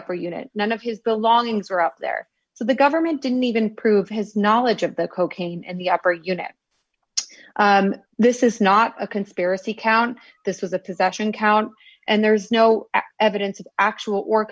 upper unit none of his belongings were out there so the government didn't even prove his knowledge of the cocaine and the upper unit and this is not a conspiracy count this was a possession count and there's no evidence of actual or